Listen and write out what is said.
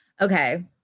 Okay